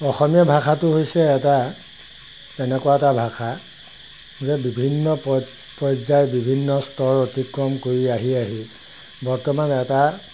অসমীয়া ভাষাটো হৈছে এটা এনেকুৱা এটা ভাষা যে বিভিন্ন পৰ্যায় বিভিন্ন স্তৰ অতিক্ৰম কৰি আহি আহি বৰ্তমান এটা